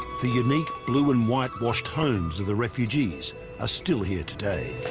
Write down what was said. the unique blue and white washed homes of the refugees are still here today